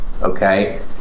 okay